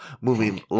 moving